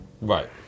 Right